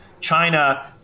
China